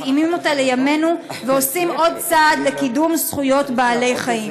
מתאימים אותה לימינו ועושים עוד צעד לקידום זכויות בעלי חיים.